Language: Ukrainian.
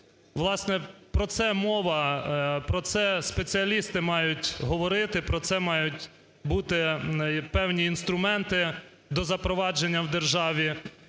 Власне, про це мова, про це спеціалісти мають говорити, про це мають бути певні інструменти до запровадження в державі,